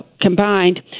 combined